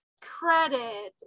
credit